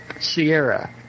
Sierra